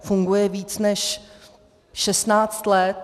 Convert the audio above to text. Funguje víc než 16 let.